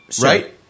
Right